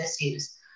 issues